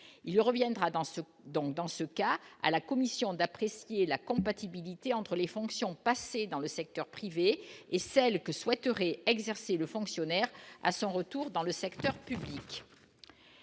il reviendra dans ce dans dans ce cas à la Commission d'apprécier la compatibilité entre les fonctions passées dans le secteur privé et celle que souhaiterait exercer le fonctionnaire à son retour dans le secteur public